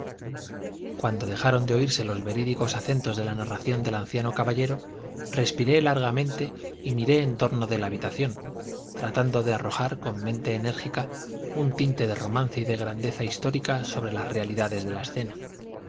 cuando dejaron de oírse los verídicos acentos de la narración del anciano caballero respiré largamente y miré en torno de la habitación tratando de arrojar con mente enérgica un tinte de romance y de grandeza histórica sobre las realidades de la escena